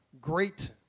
great